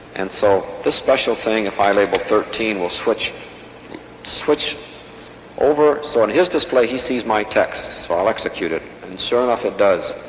and so this special thing, if i label thirteen will switch switch over. so on his display, he sees my text, so i'll execute it and sure enough, it does.